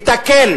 ותקל